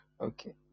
Okay